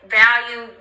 value